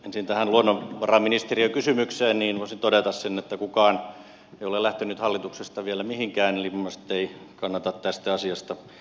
ensin tähän luonnonvaraministeriökysymykseen voisin todeta sen että kukaan ei ole lähtenyt hallituksesta vielä mihinkään eli minun mielestäni ei kannata tästä asiasta tässä vaiheessa keskustella